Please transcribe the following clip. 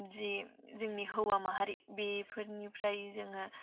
जि जोंनि हौवा माहारि बिफोरनिफ्राय जोङो